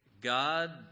God